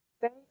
Thank